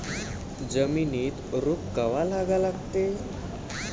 जमिनीत रोप कवा लागा लागते?